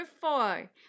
four